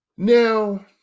Now